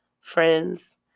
friends